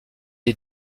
est